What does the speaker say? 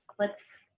let's